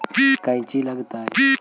कौची लगतय?